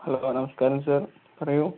hello നമസ്കാരം sir പറയൂ